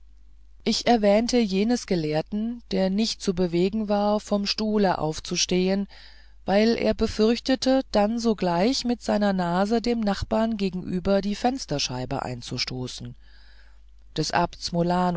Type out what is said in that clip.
ich erwähnte jenes gelehrten der nicht zu bewegen war vom stuhle aufzustehen weil er befürchtete dann sogleich mit seiner nase dem nachbar gegenüber die fensterscheiben einzustoßen des abts